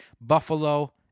Buffalo